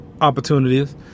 opportunities